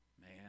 Man